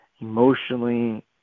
emotionally